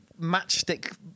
matchstick